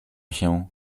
się